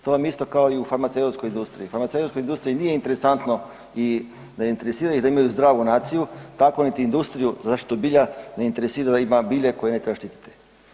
To vam je isto kao i u farmaceutskoj industriji, farmaceutskoj industriji nije interesantno i ne interesira ih da imaju zdravu naciju, tako niti industriju za zaštitu bilja ne interesira da ima bilje koje ne treba štititi.